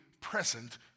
present